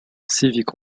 civique